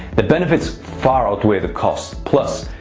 but benefits far outweigh the costs. plus,